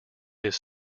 his